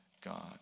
God